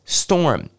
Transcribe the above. storm